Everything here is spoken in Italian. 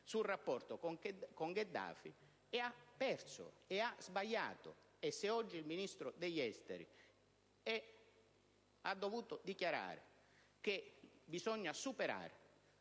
sul rapporto con Gheddafi e ha perso, ha sbagliato. Se oggi il Ministro degli affari esteri ha dovuto dichiarare che bisogna superare